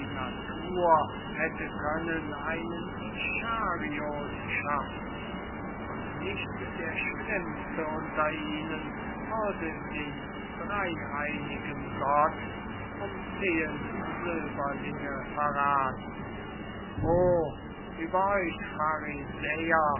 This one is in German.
natur hätte können einen ischariot schaffen und nicht der schlimmste unter ihnen würde den dreyeinigen gott um zehen silberlinge verrathen o über euch